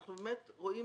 ואנחנו באמת רואים